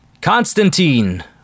Constantine